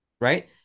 right